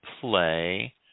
play